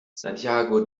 santiago